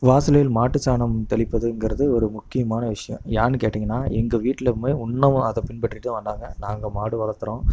வாசலில் மாட்டுச்சாணம் தெளிப்பதுங்கிறது ஒரு முக்கியமான விஷயம் ஏன்னு கேட்டீங்கன்னால் எங்கல் வீட்லேயுமே இன்னுமும் அதை பின்பற்றிட்டு தான் வராங்க நாங்கள் மாடு வளர்த்துறோம்